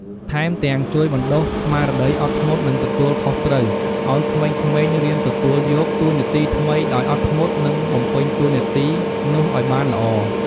ថែមទាំងជួយបណ្តុះស្មារតីអត់ធ្មត់ និងទទួលខុសត្រូវ ឲ្យក្មេងៗរៀនទទួលយកតួនាទីថ្មីដោយអត់ធ្មត់ និងបំពេញតួនាទីនោះឱ្យបានល្អ។